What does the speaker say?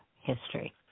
history